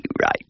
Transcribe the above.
Right